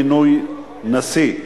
מינוי נשיא),